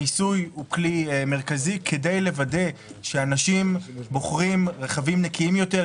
המיסוי הוא כלי מרכזי כדי לוודא שאנשים בוחרים רכבים נקיים יותר,